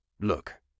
Look